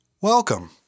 Welcome